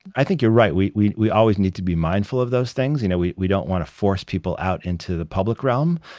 i think you're right. we we always need to be mindful of those things. you know we we don't want to force people out into the public realm,